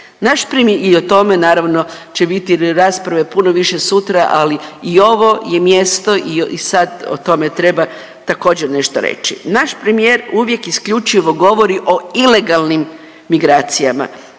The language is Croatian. naš prem… i o tome naravno će biti i rasprave puno više sutra, ali i ovo je mjesto i sad o tome treba također nešto reći. Naš premijer uvijek isključivo govori o ilegalnim migracijama.